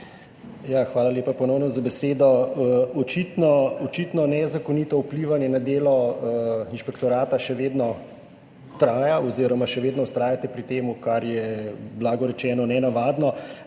Hvala lepa ponovno za besedo. Očitno nezakonito vplivanje na delo inšpektorata še vedno traja oziroma še vedno vztrajate pri tem, kar je, blago rečeno, nenavadno.